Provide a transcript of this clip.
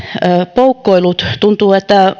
poukkoillut tuntuu että